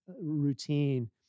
routine